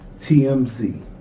TMZ